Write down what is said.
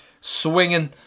swinging